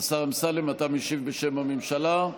השר אמסלם, אתה משיב בשם הממשלה?